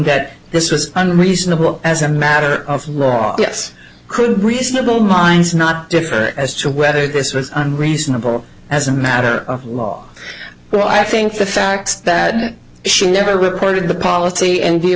that this was unreasonable as a matter of law yes could reasonable minds not differ as to whether this was unreasonable as a matter of law well i think the fact that it should never reported the policy and deal